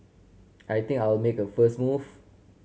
I think I'll make a first move